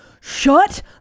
shut